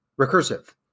recursive